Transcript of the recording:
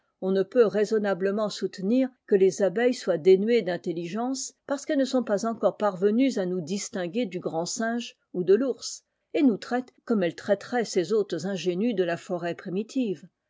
on ne peut raisonnablement soutenir que les abeilles soient dénuées d'intelligence parce qu'elles ne sont pas encore parvenues à nous distinguer du grand singe ou de l'ours et nous traitent comme lles traiteraient ces hôtes ingébus de la forêt primitive